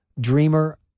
dreamer